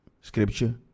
scripture